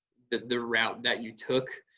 the the route that you took.